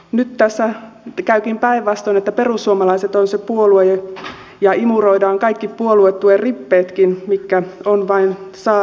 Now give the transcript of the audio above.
nyt tässä käykin päinvastoin että perussuomalaiset on se puolue ja imuroidaan kaikki puoluetuen rippeetkin mitkä vain ovat saatavissa